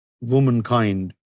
womankind